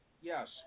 Yes